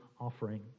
offering